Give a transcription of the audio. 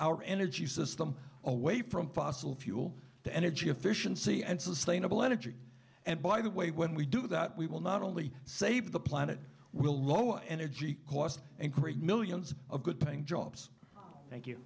our energy system away from fossil fuel to energy efficiency and sustainable energy and by the way when we do that we will not only save the planet we'll lower energy costs increase millions of good paying jobs